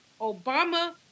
Obama